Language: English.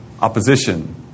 opposition